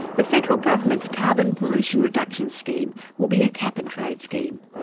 the federal government's carbon pollution reduction scheme will be a cap and trade scheme.